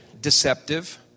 deceptive